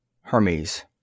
Hermes